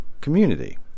Community